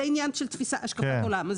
זה עניין של השקפת עולם.